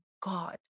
God